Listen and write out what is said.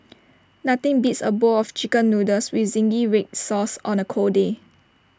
nothing beats A bowl of Chicken Noodles with Zingy Red Sauce on A cold day